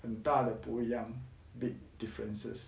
很大的不一样 big differences